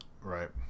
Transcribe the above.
right